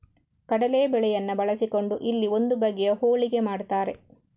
ಕಡಲೇ ಬೇಳೆಯನ್ನ ಬಳಸಿಕೊಂಡು ಇಲ್ಲಿ ಒಂದು ಬಗೆಯ ಹೋಳಿಗೆ ಮಾಡ್ತಾರೆ